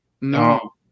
No